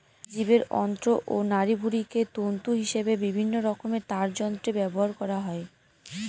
জীবের অন্ত্র ও নাড়িভুঁড়িকে তন্তু হিসেবে বিভিন্নরকমের তারযন্ত্রে ব্যবহার করা হয়